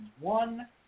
One